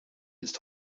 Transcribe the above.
ist